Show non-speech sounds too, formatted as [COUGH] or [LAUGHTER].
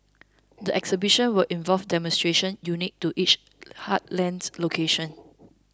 the exhibitions will involve demonstrations unique to each [NOISE] heartland location